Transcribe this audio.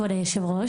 כבוד היו"ר,